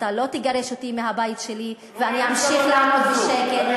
אתה לא תגרש אותי מהבית שלי ואני אמשיך לעמוד בשקט.